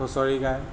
হুঁচৰি গায়